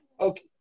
Okay